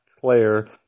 player